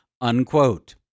unquote